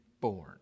born